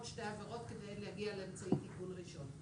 שתי עבירות כדי להגיע לאמצעי טיפול ראשון.